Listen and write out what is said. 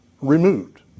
removed